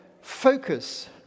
focus